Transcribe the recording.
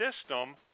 system